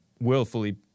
willfully